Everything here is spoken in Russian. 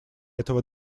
этого